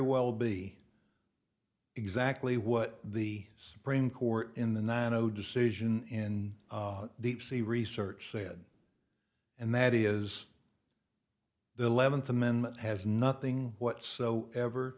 be exactly what the supreme court in the nine zero decision in deep sea research said and that is the eleventh amendment has nothing whatsoever